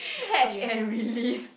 catch and release